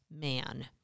man